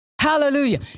Hallelujah